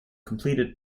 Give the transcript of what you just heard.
completed